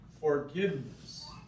forgiveness